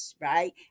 Right